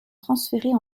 transférées